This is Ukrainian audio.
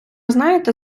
знаєте